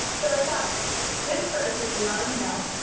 so i've got disperse, which we already know,